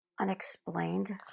unexplained